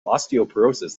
osteoporosis